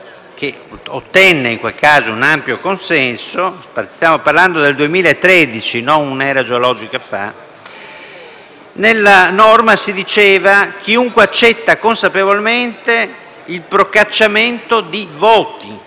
che ottenne in quel caso un ampio consenso - stiamo parlando del 2013 e non di un'era geologica fa - si diceva: «Chiunque accetta consapevolmente il procacciamento di voti